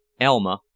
Elma